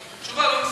התשובה לא מספקת.